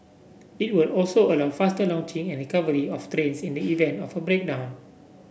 it will also allow faster launching and recovery of trains in the event of a breakdown